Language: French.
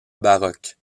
baroque